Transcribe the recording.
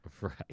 Right